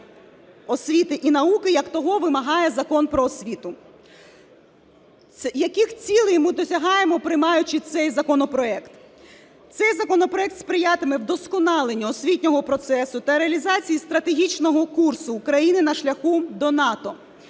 освіти і науки, як того вимагає Закон "Про освіту". Яких цілей ми досягаємо, приймаючи цей законопроект. Цей законопроект сприятиме вдосконаленню освітнього процесу та реалізації стратегічного курсу України на шляху до НАТО.